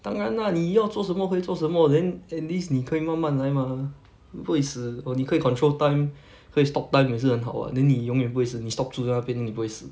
当然 lah 你要做什么可以做什么 then at least 你可以慢慢来 mah 不会死 or 你可以 control time 可以 stop time 也是很好 [what] then 你永远不会死你 stop 住在那边你不会死